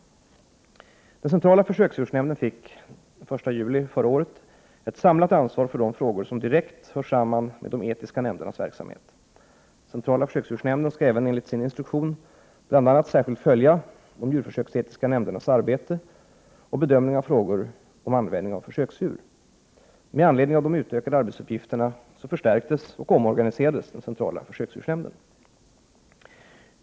Centrala försöksdjursnämnden fick den 1 juli förra året ett samlat ansvar för de frågor som direkt hör samman med de etiska nämndernas verksamhet. Centrala försöksdjursnämnden skall även enligt sin instruktion bl.a. särskilt följa de djurförsöksetiska nämndernas arbete och bedömning av frågor om användning av försöksdjur. Med anledning av de utökade arbetsuppgifterna förstärktes och omorganiserades centrala försöksdjursnämnden.